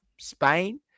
Spain